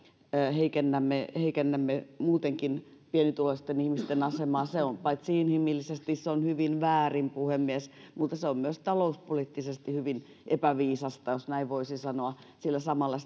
heikennämme heikennämme muutenkin pienituloisten ihmisten asemaa se on paitsi inhimillisesti hyvin väärin puhemies mutta se on myös talouspoliittisesti hyvin epäviisasta jos näin voisi sanoa sillä samalla